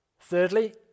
Thirdly